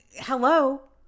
Hello